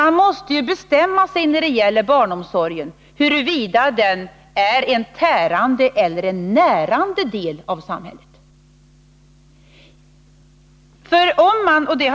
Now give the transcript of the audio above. Man måste ju bestämma sig för huruvida barnomsorgen är en tärande eller en närande del av samhället.